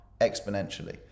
exponentially